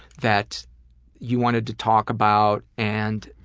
that you wanted to talk about. and